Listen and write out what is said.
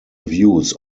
views